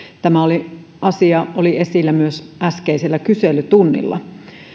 tämä asia oli esillä myös äskeisellä kyselytunnilla